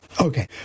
Okay